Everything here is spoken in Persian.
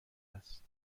است